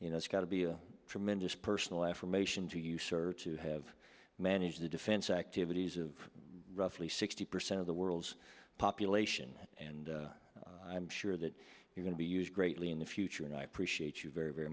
you know it's got to be a tremendous personal affirmation to you sir to have managed the defense activities of roughly sixty percent of the world's population and i'm sure that you can be used greatly in the future and i appreciate you very very